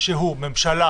שהוא ממשלה